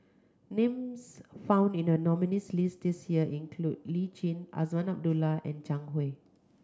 names found in the nominees' list this year include Lee Tjin Azman Abdullah and Zhang Hui